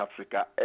Africa